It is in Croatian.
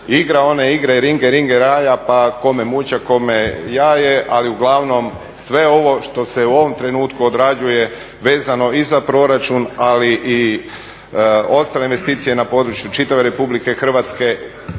igra one igre ringe-ringe-raja pa kome mućak, kome jaje ali uglavnom sve ovo što se u ovom trenutku odrađuje vezano i za proračun ali i ostale investicije na području čitave RH niti jedinice